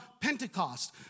Pentecost